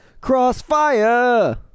Crossfire